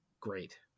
Great